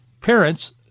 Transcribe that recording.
parents